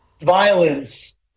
violence